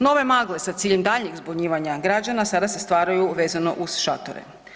Nove magle sa ciljem daljnjeg zbunjivanja građana sada se stvaraju vezano uz šatore.